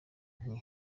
nti